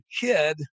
kid